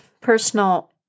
personal